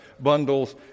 bundles